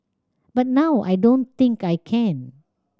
but now I don't think I can